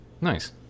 Nice